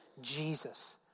Jesus